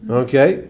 okay